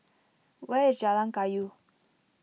where is Jalan Kayu